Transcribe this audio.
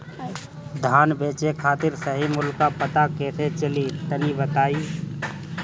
धान बेचे खातिर सही मूल्य का पता कैसे चली तनी बताई?